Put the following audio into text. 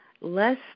less